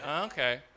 Okay